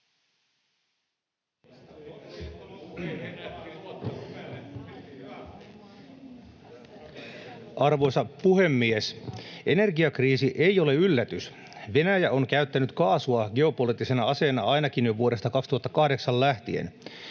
Arvoisa puhemies! Energiakriisi ei ole yllätys. Venäjä on käyttänyt kaasua geopoliittisena aseena ainakin jo vuodesta 2008 lähtien.